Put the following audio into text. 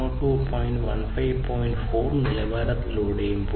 4 നിലവാരത്തിലൂടെ കടന്നുപോയി